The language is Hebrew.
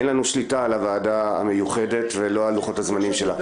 אין לנו שליטה על הוועדה המיוחדת ולא על לוחות הזמנים שלה.